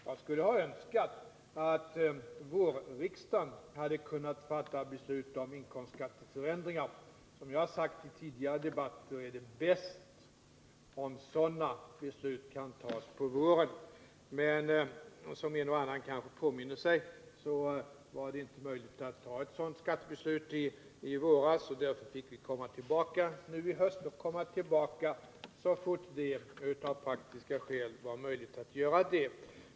Jag skulle ha önskat att vårriksdagen hade kunnat fatta beslut om inkomstskatteförändringar. Som jag har sagt i tidigare debatter är det bäst om sådana beslut kan tas på våren. Men som en och annan kanske påminner sig var det inte möjligt att ta ett sådant skattebeslut i våras, och därför fick vi komma tillbaka nu i höst, så fort det av praktiska skäl var möjligt att göra det.